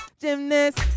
gymnast